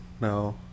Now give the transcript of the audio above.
no